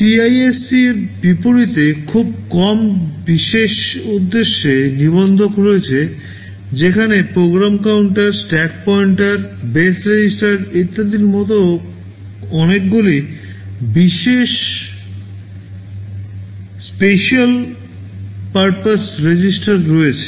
CISC এর বিপরীতে খুব কম বিশেষ উদ্দেশ্যে নিবন্ধক রয়েছে যেখানে program counter stack pointer base register ইত্যাদির মতো অনেকগুলি বিশেষ special purpose register রয়েছে